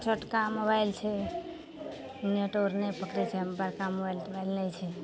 छोटका मोबाइल छै नेट आओर नहि पकड़ै छै हम बड़का मोबाइल तोबाइल नहि छै